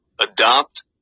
Adopt